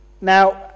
Now